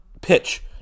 pitch